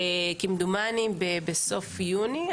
כמדומני, בסוף יוני.